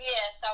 Yes